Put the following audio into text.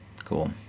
cool